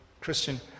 Christian